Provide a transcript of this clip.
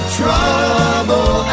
trouble